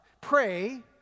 Pray